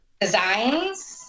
designs